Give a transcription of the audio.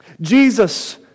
Jesus